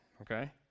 okay